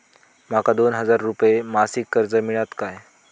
माका दोन हजार रुपये मासिक कर्ज मिळात काय?